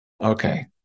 Okay